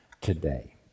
today